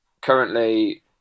currently